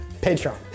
Patreon